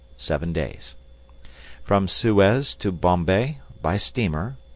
seven days from suez to bombay, by steamer.